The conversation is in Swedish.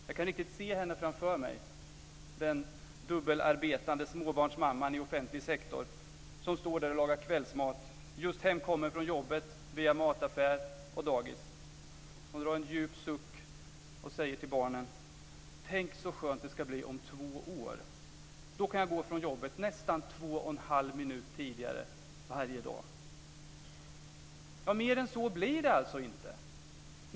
Jag kan riktigt se henne framför mig, den dubbelarbetande småbarnsmamman i offentlig sektor som står där och lagar kvällsmat, just hemkommen från jobbet via mataffär och dagis. Hon drar en djup suck och säger till barnen: Tänk så skönt det ska bli om två år! Då kan jag gå från jobbet nästan 2 1⁄2 minut tidigare varje dag! Mer än så blir det alltså inte.